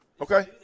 Okay